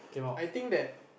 I think that